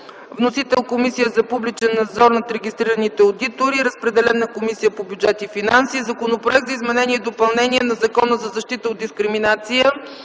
Вносител – Комисията за публичен надзор над регистрираните одитори. Разпределен е на Комисията по бюджет и финанси. Законопроект за изменение и допълнение на Закона за защита от дискриминация.